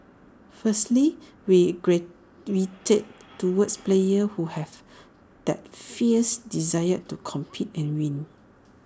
firstly we gravitate towards players who have that fierce desire to compete and win